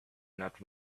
not